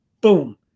boom